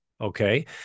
Okay